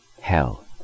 hell